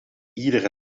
iedere